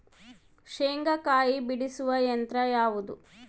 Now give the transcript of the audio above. ಶೇಂಗಾಕಾಯಿ ಬಿಡಿಸುವ ಯಂತ್ರ ಯಾವುದು?